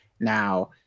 Now